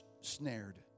snared